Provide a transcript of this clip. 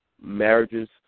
marriages